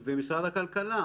ומשרד הכלכלה,